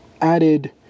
added